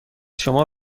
شما